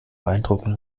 beeindrucken